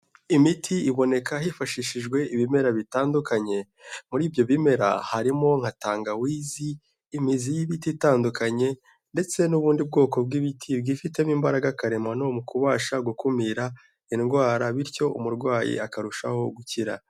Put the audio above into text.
Imiti iboneka hifashishijwe ibimera bitandukanye, muri ibyo bimera harimo nka tangawizi, imizi y'ibiti itandukanye ndetse n'ubundi bwoko bw'ibiti byifitemo imbaraga karemano mu kubasha gukumira indwara bityo umurwayi akarushaho gukira.